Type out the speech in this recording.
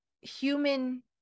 human